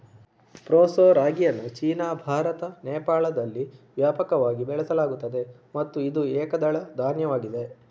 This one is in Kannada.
ಪ್ರೋಸೋ ರಾಗಿಯನ್ನು ಚೀನಾ, ಭಾರತ, ನೇಪಾಳದಲ್ಲಿ ವ್ಯಾಪಕವಾಗಿ ಬೆಳೆಸಲಾಗುತ್ತದೆ ಮತ್ತು ಇದು ಏಕದಳ ಧಾನ್ಯವಾಗಿದೆ